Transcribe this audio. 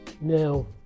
Now